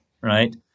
Right